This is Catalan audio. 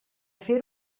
fer